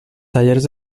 tallers